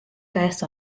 käest